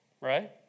Right